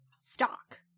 stock